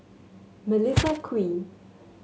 Melissa Kwee